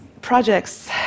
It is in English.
projects